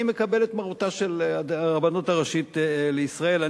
אני מקבל את מרותה של הרבנות הראשית לישראל.